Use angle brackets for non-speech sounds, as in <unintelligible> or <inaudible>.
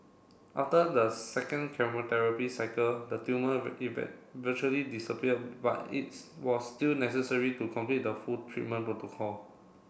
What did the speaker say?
after the second chemotherapy cycle the tumour <unintelligible> virtually disappeared but its was still necessary to complete the full treatment protocol